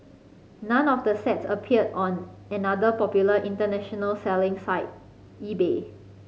none of the sets appeared on another popular international selling site eBay